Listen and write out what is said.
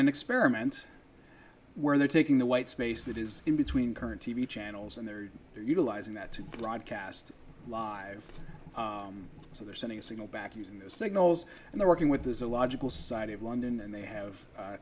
an experiment where they're taking the white space that is in between current t v channels and they're utilizing that to broadcast live so they're sending a signal back using those signals and they're working with there's a logical side of london and they have